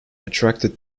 attracted